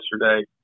yesterday